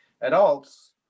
adults